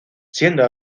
siendo